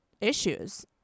issues